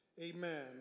Amen